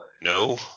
No